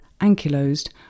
ankylosed